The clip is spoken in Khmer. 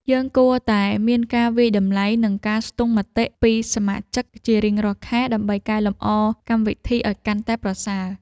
យើងគួរតែមានការវាយតម្លៃ និងការស្ទង់មតិពីសមាជិកជារៀងរាល់ខែ ដើម្បីកែលម្អកម្មវិធីឱ្យកាន់តែប្រសើរ។